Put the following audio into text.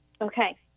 Okay